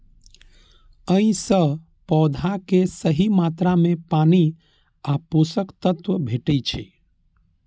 अय सं पौधा कें सही मात्रा मे पानि आ पोषक तत्व भेटै छै